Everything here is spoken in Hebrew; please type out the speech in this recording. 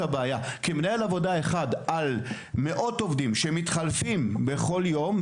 הבעיה כי מנהל עבודה אחד על מאות עובדים שמתחלפים בכל יום,